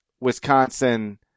Wisconsin –